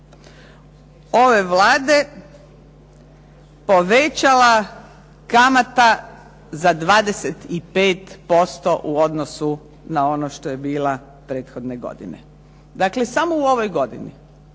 ove Vlade povećala kamata za 25% u odnosu na ono što je bila prethodne godine. Dakle samo u ovoj godini